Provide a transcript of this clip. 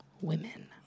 women